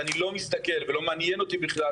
ואני לא מסתכל ולא מעניין אותי בכלל,